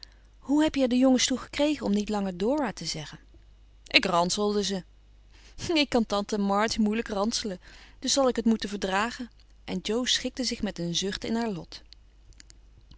hoe heb je er de jongens toe gekregen om niet langer dora te zeggen ik ranselde ze ik kan tante march moeilijk ranselen dus zal ik het moeten verdragen en jo schikte zich met een zucht in haar lot